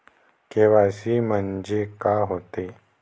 KYC म्हंनजे का होते?